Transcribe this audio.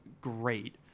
great